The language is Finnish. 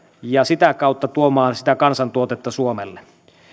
ja sitä kautta tuomaan sitä kansantuotetta suomelle